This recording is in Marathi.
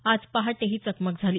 आज पहाटे ही चकमक झाली